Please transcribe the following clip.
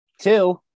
Two